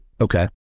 Okay